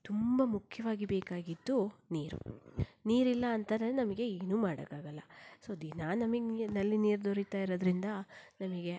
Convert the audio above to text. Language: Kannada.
ತುಂಬ ಮುಖ್ಯವಾಗಿ ಬೇಕಾಗಿದ್ದು ನೀರು ನೀರಿಲ್ಲ ಅಂತಾರೆ ನಮಗೆ ಏನೂ ಮಾಡೋಕ್ಕಾಗಲ್ಲ ಸೊ ದಿನ ನಮಗೆ ನೀರು ನಲ್ಲಿ ನೀರು ದೊರೀತಾ ಇರೋದರಿಂದ ನಮಗೆ